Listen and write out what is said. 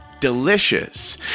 Delicious